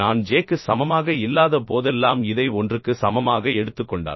நான் j க்கு சமமாக இல்லாத போதெல்லாம் இதை 1 க்கு சமமாக எடுத்துக் கொண்டால்